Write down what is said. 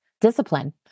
discipline